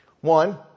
one